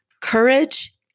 courage